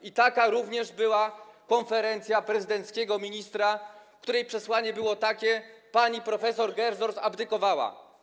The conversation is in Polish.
I taka również była konferencja prezydenckiego ministra, której przesłanie było takie: pani prof. Gersdorf abdykowała.